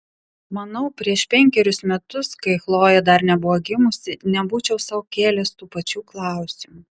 manau prieš penkerius metus kai chlojė dar nebuvo gimusi nebūčiau sau kėlęs tų pačių klausimų